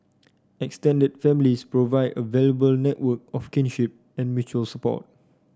extended families provide a valuable network of kinship and mutual support